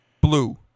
blue